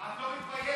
את לא מתביישת?